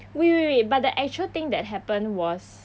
wait wait wait but the actual thing that happened was